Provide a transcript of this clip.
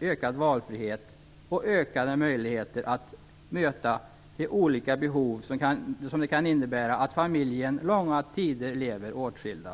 ökad valfrihet och ökade möjligheter att möta de olika behov som det kan innebära att familjen långa tider lever åtskild.